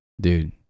dude